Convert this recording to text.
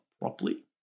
properly